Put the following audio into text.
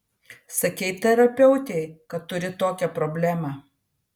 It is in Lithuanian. sakei terapeutei kad turi tokią problemą